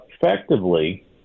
effectively